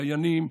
דיינים,